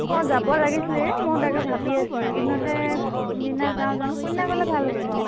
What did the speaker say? অঁ যাব লাগিছিলে এই মইয়ো তাকে ভাবি আছিলোঁ এই কেইদিনতে কোন দিনা যাওঁ জানো কোন দিনা গ'লে ভাল হ'ব বাৰু